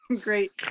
great